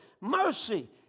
Mercy